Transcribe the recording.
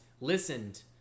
listened